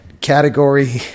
Category